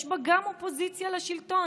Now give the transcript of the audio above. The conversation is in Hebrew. יש בה גם אופוזיציה לשלטון.